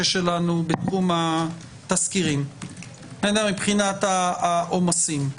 שלנו בתחום התסקירים מבחינת העומסים,